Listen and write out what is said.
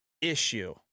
issue